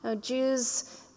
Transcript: Jews